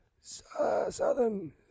Southern